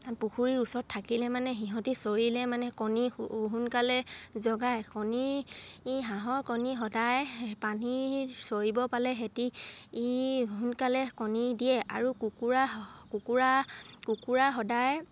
পুখুৰীৰ ওচৰত থাকিলে মানে সিহঁতি চৰিলে মানে কণী সোনকালে জগায় কণী ই হাঁহৰ কণী সদায় পানীৰ চৰিব পালে খেতি ই সোনকালে কণী দিয়ে আৰু কুকুৰা কুকুৰা কুকুৰা সদায়